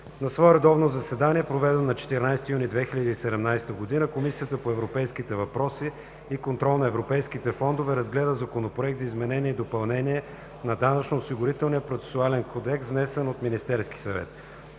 На свое редовно заседание, проведено на 14 юни 2017 г., Комисията по европейските въпроси и контрол на европейските фондове разгледа Законопроекта за изменение и допълнение на Данъчно-осигурителния процесуален кодекс, внесен от Министерския съвет.